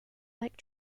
like